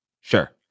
Sure